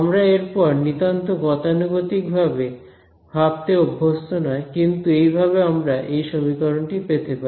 আমরা এরকম নিতান্ত গতানুগতিক ভাবে ভাবতে অভ্যস্ত নয় কিন্তু এইভাবে আমরা এই সমীকরণটি পেতে পারি